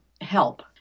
help